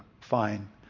Fine